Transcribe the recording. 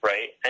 Right